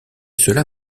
cela